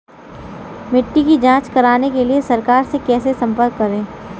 मिट्टी की जांच कराने के लिए सरकार से कैसे संपर्क करें?